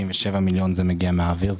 בסך 67 מיליון ש"ח זה מגיע מן האוויר,